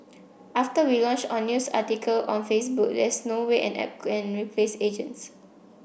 after we launched on news article on Facebook there's no way an app can replace agents